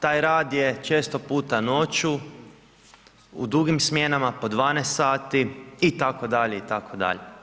Taj rad je često puta noću u dugim smjenama, po 12 sati itd., itd.